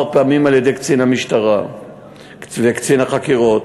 פעמים על-ידי קצין המשטרה וקצין החקירות,